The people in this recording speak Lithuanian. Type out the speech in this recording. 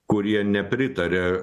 kurie nepritaria